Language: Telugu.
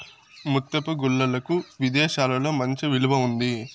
ముత్యపు గుల్లలకు విదేశాలలో మంచి విలువ ఉంది